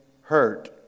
hurt